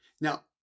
Now